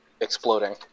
exploding